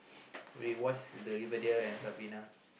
we watch the Riverdale and Sabrina